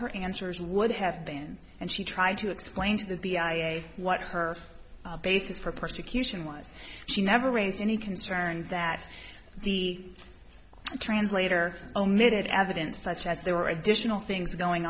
her answers would have been and she tried to explain to the b i a what her basis for persecution was she never raised any concern that the translator omitted evidence such as there were additional things going